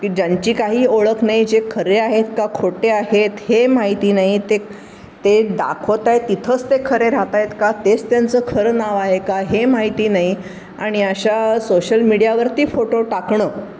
ज्यांची काही ओळख नाही जे खरे आहेत का खोटे आहेत हे माहिती नाही ते ते दाखवत आहे तिथंच ते खरे राहत आहेत का तेच त्यांचं खरं नाव आहे का हे माहिती नाही आणि अशा सोशल मीडियावरती फोटो टाकणं